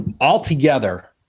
altogether